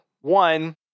One